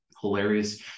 hilarious